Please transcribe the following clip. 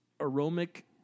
aromatic